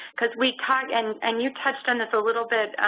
because we talk, and and you touched on this a little bit,